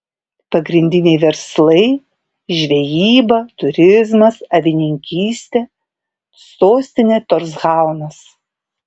pagrindiniai verslai žvejyba turizmas avininkystė sostinė torshaunas